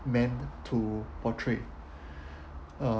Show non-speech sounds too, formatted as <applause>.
meant to portray <breath>